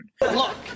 Look